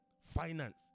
finance